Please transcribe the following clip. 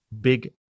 big